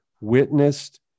witnessed